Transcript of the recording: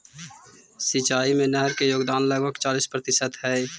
सिंचाई में नहर के योगदान लगभग चालीस प्रतिशत हई